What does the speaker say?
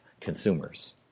consumers